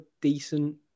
decent